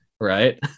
right